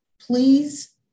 Please